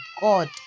God